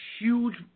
huge